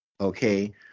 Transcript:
okay